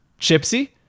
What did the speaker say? Chipsy